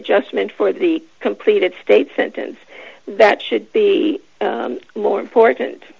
adjustment for the completed state sentence that should be more important